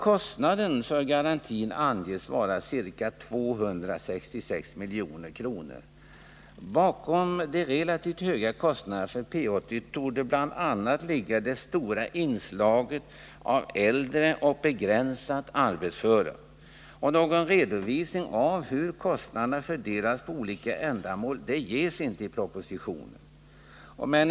Kostnaderna för garantin anges vara ca 266 milj.kr. Bakom de relativt höga kostnaderna för P 80 torde bl.a. ligga det stora inslaget av äldre och begränsat arbetsföra. Någon redovisning av hur kostnaderna fördelas på olika ändamål ges inte i propositionen.